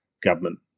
government